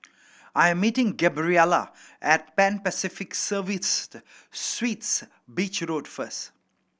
I am meeting Gabriela at Pan Pacific Serviced Suites Beach Road first